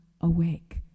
awake